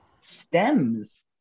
stems